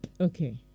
Okay